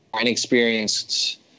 inexperienced